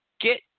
Get